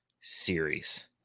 series